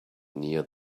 near